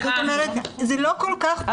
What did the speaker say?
זאת אומרת זה לא כל כך פשוט.